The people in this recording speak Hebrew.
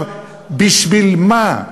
בשביל מה?